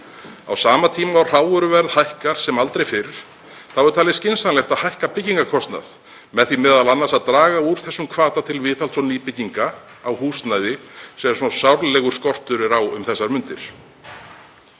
Á sama tíma og hrávöruverð hækkar sem aldrei fyrr er talið skynsamlegt að hækka byggingarkostnað með því m.a. að draga úr þessum hvata til viðhalds og nýbygginga á húsnæði sem svo sárlega er skortur á um þessar mundir.